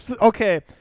Okay